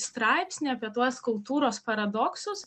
straipsnį apie tuos kultūros paradoksus